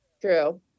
True